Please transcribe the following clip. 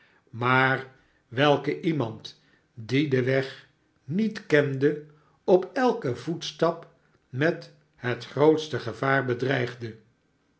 maar welke iemand die den weg niet kende op elken voetstap met het grootste gevaar bedreigde